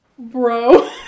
Bro